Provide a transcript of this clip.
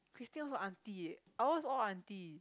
Christine also auntie eh ours all auntie